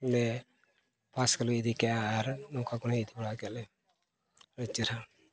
ᱞᱮ ᱯᱷᱟᱥ ᱠᱚᱞᱮ ᱤᱫᱤ ᱠᱮᱜᱼᱟ ᱟᱨ ᱱᱚᱝᱠᱟ ᱠᱚᱞᱮ ᱤᱫᱤᱵᱟᱲᱟ ᱠᱮᱜᱼᱟ ᱞᱮ ᱟᱹᱰᱤ ᱪᱮᱦᱨᱟ